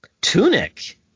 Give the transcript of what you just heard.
Tunic